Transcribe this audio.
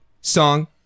song